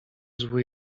zły